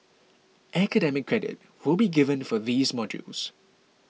academic credit will be given for these modules